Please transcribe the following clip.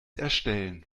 erstellen